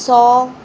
ਸੌ